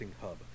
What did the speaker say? hub